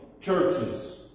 churches